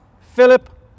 Philip